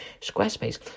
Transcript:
Squarespace